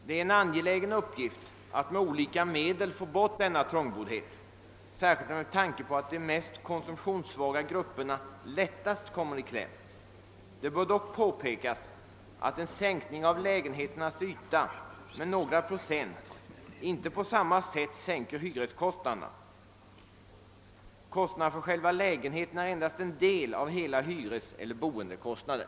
Det är en angelägen uppgift att med olika medel få bort denna trångboddhet, särskilt som de mest konsumtionssvaga grupperna kommer i kläm. Det bör dock påpekas att en sänkning av lägenheternas yta med några procent inte på samma sätt sänker hyreskostnaderna. Kostnaderna för själva lägenheten är endast en del av hela hyreseller boendekostnaden.